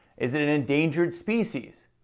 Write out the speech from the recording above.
is it an endangered species?